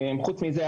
חוץ מזה,